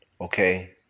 Okay